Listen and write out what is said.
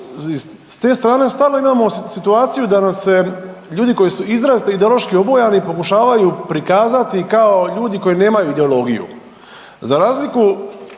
s te strane stalno imao situaciju da nam se ljudi koji su izrazito ideološki obojani pokušavaju prikazati kao ljudi koji nemaju ideologiju. Za razliku